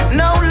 no